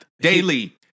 Daily